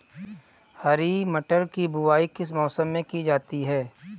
हरी मटर की बुवाई किस मौसम में की जाती है?